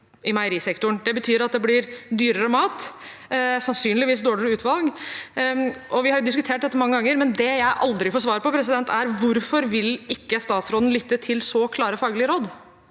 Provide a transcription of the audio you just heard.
Det betyr at det blir dyrere mat og sannsynligvis dårligere utvalg. Vi har diskutert dette mange ganger, men det jeg aldri får svar på, er: Hvorfor vil ikke statsråden lytte til så klare faglige råd?